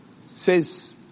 says